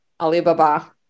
Alibaba